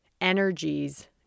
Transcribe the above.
energies